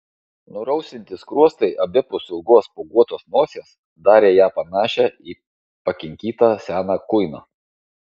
nurausvinti skruostai abipus ilgos spuoguotos nosies darė ją panašią į pakinkytą seną kuiną